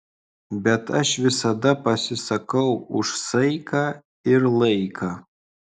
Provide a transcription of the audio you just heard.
bet aš visada pasisakau už saiką ir laiką